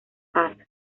paz